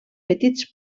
petits